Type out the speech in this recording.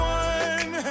one